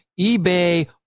eBay